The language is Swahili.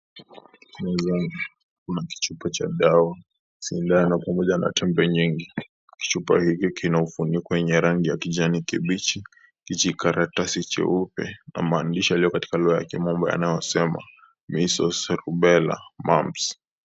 Mezani kuna kichupa cha dawa sindano pamoja na tembe nyingi, kichupa hiki kina ufuniko yenye rangi ya kijani kibichi, kijikaratasi cheupe na maandishi yaliyo katika lugha ya kimombo yanayosema Measles, Rubella, Mumps.